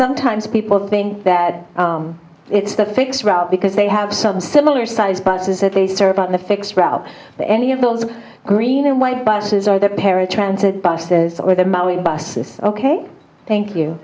sometimes people think that it's the fixed route because they have some similar sized buses that they serve on the fixed route but any of those green and white buses are that paratransit buses or the mowing buses ok thank you